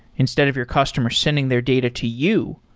instead of your customer sending their data to you,